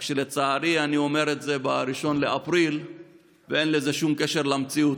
רק שלצערי אני אומר את זה ב-1 באפריל ואין לזה שום קשר למציאות.